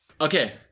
Okay